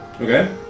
Okay